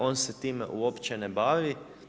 On se time uopće ne bavi.